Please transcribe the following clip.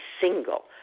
single